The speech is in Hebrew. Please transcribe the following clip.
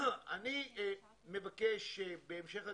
אני מבקש שבהמשך הדרך,